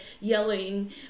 yelling